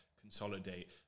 consolidate